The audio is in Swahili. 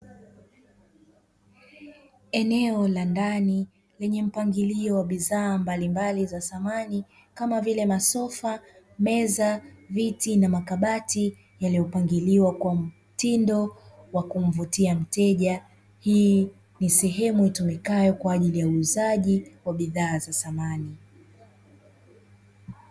Eneo la ndani lenye mpangilio wa bidhaa mbalimbali za samani kama vile: masofa, meza, viti na makabati; yaliyopangiliwa kwa mtindo wa kumvutia mteja. Hii ni sehemu itumikayo kwa ajili ya uuzaji wa bidhaa za samani.